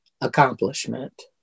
accomplishment